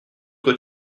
que